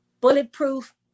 bulletproof